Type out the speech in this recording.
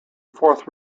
fourth